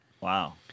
Wow